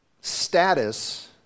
status